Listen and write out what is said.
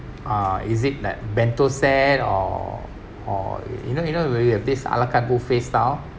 uh is it that bento set or or you know you know will you have this ala carte buffet style